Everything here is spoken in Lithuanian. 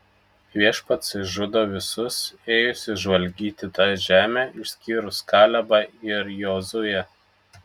viešpats išžudo visus ėjusius žvalgyti tą žemę išskyrus kalebą ir jozuę